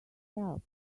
help